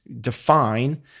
define